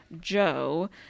Joe